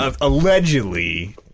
allegedly